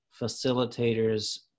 facilitators